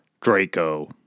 Draco